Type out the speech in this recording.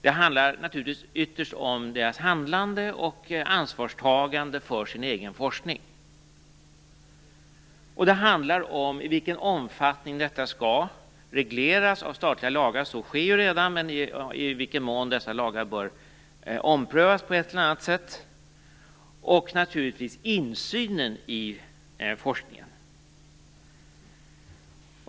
Det handlar naturligtvis ytterst om deras handlande och ansvarstagande för sin egen forskning. Vidare handlar det om i vilken omfattning detta skall regleras av statliga lagar. Så sker redan, men frågan är i vilken mån dessa lagar på ett eller annat sätt bör omprövas. Naturligtvis handlar det också om insynen i forskningen.